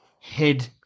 head